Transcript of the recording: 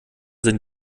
sind